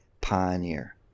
pioneer